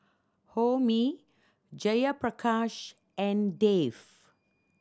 Homi Jayaprakash and Dev